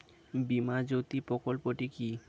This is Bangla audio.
বীমা জ্যোতি প্রকল্পটি কি?